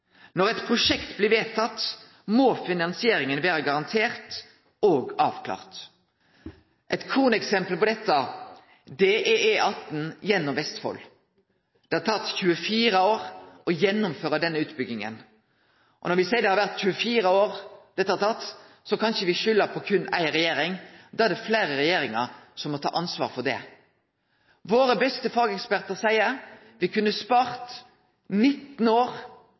Når eit prosjekt blir vedtatt, må finansieringa vere garantert og avklart. Eit kroneksempel på dette er E18 gjennom Vestfold. Det har tatt 24 år å gjennomføre denne utbygginga. Når me ser at det har tatt 24 år, kan me ikkje skulde på berre ei regjering, da er det fleire regjeringar som må ta ansvar for det. Våre beste fagekspertar seier: Me kunne spart 19 år,